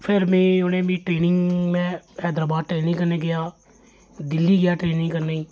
फिर मे उ'नें मिगी ट्रैनिंग में हैदराबाद ट्रैनिंग करने गी गेआ दिल्ली गेआ ट्रेनिंग करने गेआ